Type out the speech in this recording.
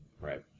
right